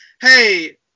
hey